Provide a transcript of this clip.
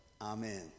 Amen